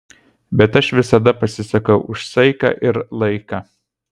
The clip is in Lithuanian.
bet aš visada pasisakau už saiką ir laiką